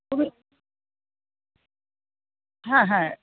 তুমি হ্যাঁ হ্যাঁ